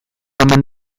omen